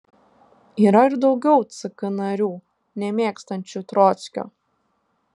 yra ir daugiau ck narių nemėgstančių trockio